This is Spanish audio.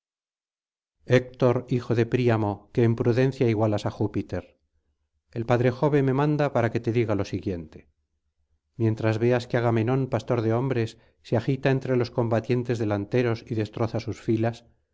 hijo de príamo que en prudencia igualas á júpiter el padre jove me manda para que te diga lo siguiente mientras veas que agamenón pastor de hombres se agita entre los combatientes delanteros y destroza sus filas